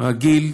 הרגיל,